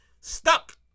stuck